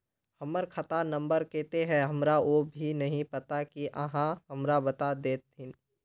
हमर खाता नम्बर केते है हमरा वो भी नहीं पता की आहाँ हमरा बता देतहिन?